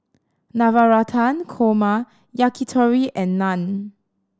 Navratan Korma Yakitori and Naan